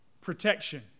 Protection